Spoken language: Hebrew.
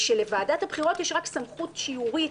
ושלוועדת הבחירות יש רק סמכות שיורית